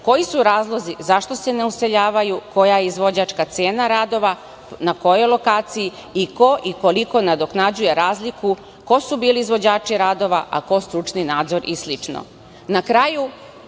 koji su razlozi i zašto se ne useljavaju, koja je izvođačka cena radov na kojoj lokaciji i ko i koliko nadoknađuje razliku, ko su bili izvođači radova, a ko stručni nadzor i slično. Na kraju,